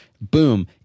Boom